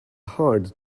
hard